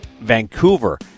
Vancouver